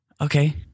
Okay